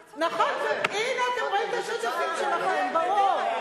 הנה, אתם רואים את השותפים שלכם, ברור.